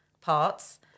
parts